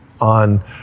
on